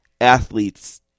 athletes